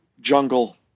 jungle